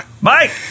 Mike